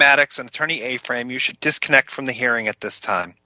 maddox an attorney a frame you should disconnect from the hearing at this time